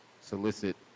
solicit